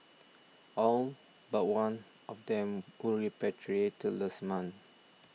all but one of them were repatriated last month